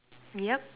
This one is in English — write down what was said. yup